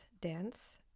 dance